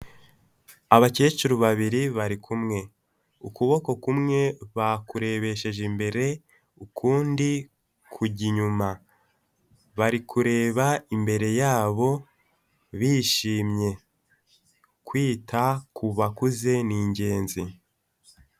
Abakecuru babiri bari kumwe, ukuboko kumwe bakurebesheje imbere, ukundi kujya inyuma, bari kureba imbere yabo bishimye. Kwita ku bakuze ni ingenzi.